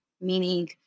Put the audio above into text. Meaning